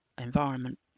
environment